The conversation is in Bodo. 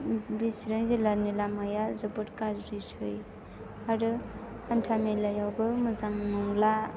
बे सिरां जिल्लानि लामाया जोबोद गाज्रिसै आरो हान्था मेलायावबो मोजां नंला